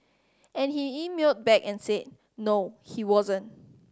and he emailed back and said no he wasn't